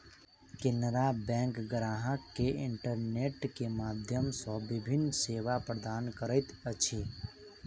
Canara bank ग्राहक के internet के माध्यम सॅ विभिन्न सेवा प्रदान करैत अछि